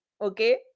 okay